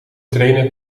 trainen